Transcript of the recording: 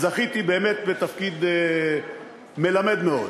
זכיתי באמת בתפקיד מלמד מאוד,